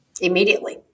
immediately